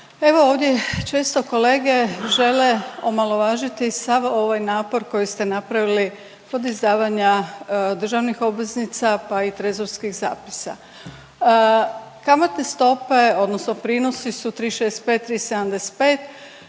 Evo ovdje često kolege žele omalovažiti sav ovaj napor koji ste napravili kod izdavanja državnih obveznica pa i trezorskih zapisa. Kamatne stope odnosno prinosi su 3,65, 3,75